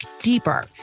deeper